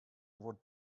would